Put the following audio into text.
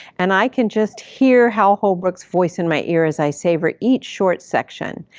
and i can just hear hal holbrook's voice in my ear as i savor each short section.